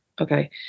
Okay